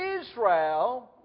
Israel